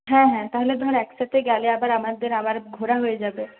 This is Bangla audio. হ্যাঁ হ্যাঁ তাহলে ধর একসাথে গেলে আবার আমদের আবার ঘোরা হয়ে যাবে